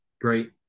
Great